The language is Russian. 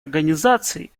организации